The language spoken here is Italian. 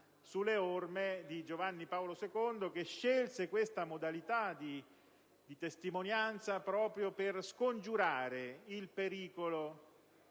sulle orme di Giovanni Paolo II, che scelse questa modalità di testimonianza proprio per scongiurare il pericolo